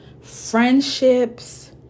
friendships